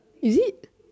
is it